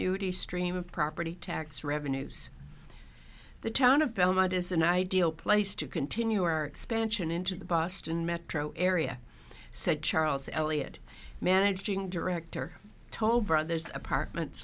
annuity stream of property tax revenues the town of belmont is an ideal place to continue our expansion into the boston metro area said charles elliott managing director toll brothers apartment